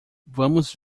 vamos